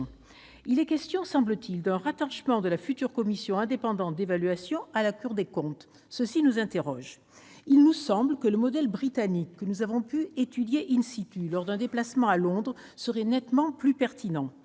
Il est question, semble-t-il, d'un rattachement de la future commission indépendante d'évaluation à la Cour des comptes. Nous nous interrogeons sur cette perspective. Le modèle britannique, que nous avons étudié lors d'un déplacement à Londres, nous paraît nettement plus pertinent